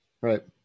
Right